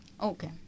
Okay